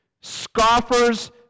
Scoffers